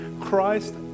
Christ